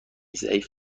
ضعیف